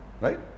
Right